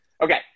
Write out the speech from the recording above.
Okay